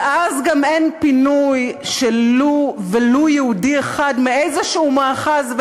ואז גם אין פינוי של ולו יהודי אחד מאיזשהו מאחז,